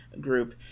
group